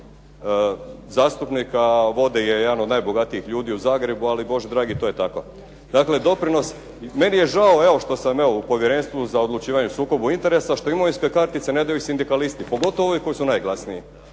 zastupnika, a vodi je jedan od najbogatijih ljudi u Zagrebu. Ali Bože dragi, to je tako. Dakle, doprinos, meni je žao evo što sam evo u Povjerenstvu za odlučivanje o sukobu interesa, što imovinske kartice ne daju sindikalisti pogotovo ovi koji su najglasniji,